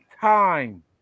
time